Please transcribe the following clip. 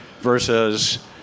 versus